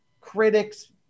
critics